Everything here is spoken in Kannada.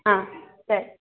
ಹಾಂ ಸರಿ